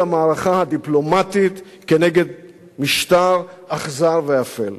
המערכה הדיפלומטית נגד משטר אכזר ואפל